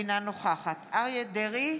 אינה נוכחת אריה מכלוף דרעי,